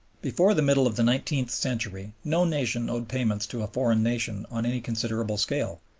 before the middle of the nineteenth century no nation owed payments to a foreign nation on any considerable scale,